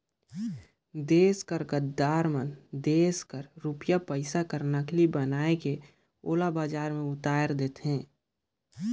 देस कर गद्दार मन देस कर रूपिया पइसा कर नकली बनाए के ओला बजार में उताएर देथे